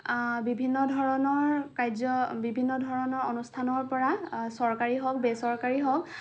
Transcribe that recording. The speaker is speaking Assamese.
বিভিন্ন ধৰণৰ কাৰ্য বিভিন্ন ধৰণৰ অনুষ্ঠানৰ পৰা চৰকাৰী হওঁক বেচৰকাৰী হওক